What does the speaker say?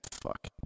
Fuck